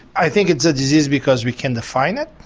i think it's a disease because we can define it,